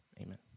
Amen